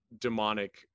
demonic